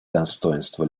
достоинства